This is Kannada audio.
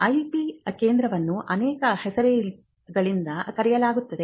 IP ಕೇಂದ್ರವನ್ನು ಅನೇಕ ಹೆಸರುಗಳಿಂದ ಕರೆಯಲಾಗುತ್ತದೆ